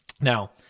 Now